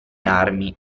armi